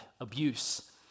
abuse